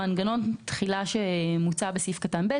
מנגנון התחילה שמוצע בסעיף קטן (ב),